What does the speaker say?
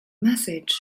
message